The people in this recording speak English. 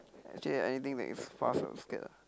actually anything that is fast I scared ah